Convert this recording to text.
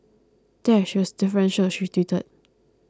there she was deferential she tweeted